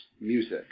music